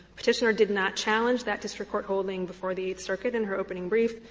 petitioner did not challenge that district court holding before the circuit in her opening brief.